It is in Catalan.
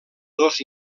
dos